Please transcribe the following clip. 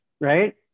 right